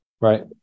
Right